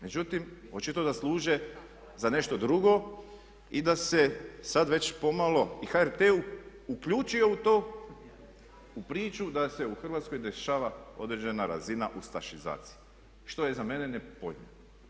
Međutim, očito da služe za nešto drugo i da se sad već pomalo i HRT uključio u to, u priču da se u Hrvatskoj dešava određena razina ustašizacije što je za mene nepojmljivo.